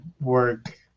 work